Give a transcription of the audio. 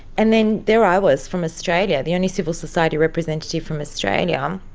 and then there i was from australia the only civil society representative from australia, um